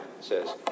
says